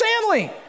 family